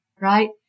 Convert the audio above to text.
right